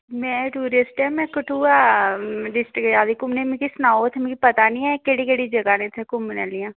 में टुरिस्ट ऐं में कठुआ डिस्ट्रिक्ट च आई दी घुम्मनै मिगी सनाओ मिगी पता निं ऐ केह्ड़ी केह्ड़ी जगह न इत्थें घुम्मनै आह्लियां